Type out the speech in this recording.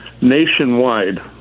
nationwide